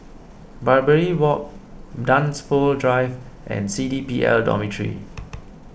Barbary Walk Dunsfold Drive and C D P L Dormitory